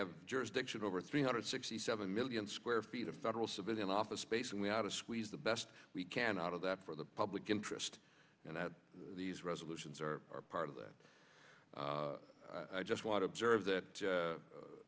have jurisdiction over three hundred sixty seven million square feet of federal civilian office space and we have to squeeze the best we can out of that for the public interest and these resolutions are part of that i just want observe that